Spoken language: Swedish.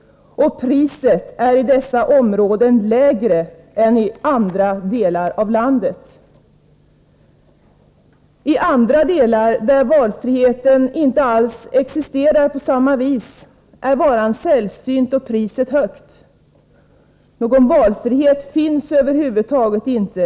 Priset är i dessa områden lägre än i andra delar av landet. I andra delar av landet, där valfriheten inte alls existerar på samma vis, är varan sällsynt och priset högt. Någon valfrihet finns över huvud taget inte.